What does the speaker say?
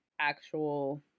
actual